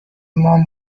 مام